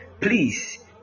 Please